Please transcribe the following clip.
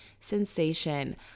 sensation